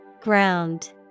Ground